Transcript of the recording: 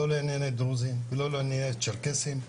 לא לענייני דרוזים ולא לענייני צ'רקסים.